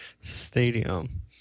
Stadium